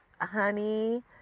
honey